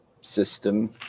system